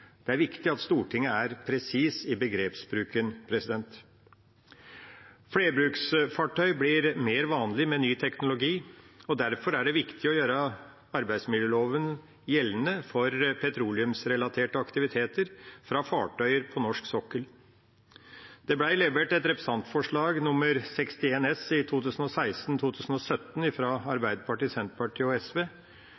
Det er viktig at Stortinget er presis i begrepsbruken. Flerbruksfartøy blir mer vanlig med ny teknologi, og derfor er det viktig å gjøre arbeidsmiljøloven gjeldende for petroleumsrelaterte aktiviteter fra fartøyer på norsk sokkel. Det ble levert et representantforslag, Dokument 8:61 S for 2016–2017, fra Arbeiderpartiet, Senterpartiet og SV. I